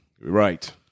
Right